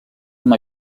amb